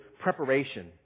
preparation